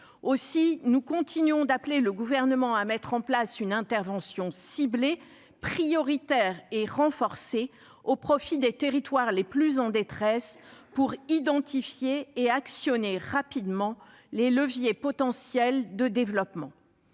Aussi continuons-nous à appeler le Gouvernement à mettre en place une intervention ciblée, prioritaire et renforcée, au profit des territoires les plus en détresse pour identifier et actionner rapidement les leviers potentiels de développement.